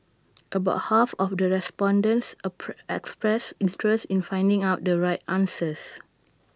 about half of the respondents expressed interest in finding out the right answers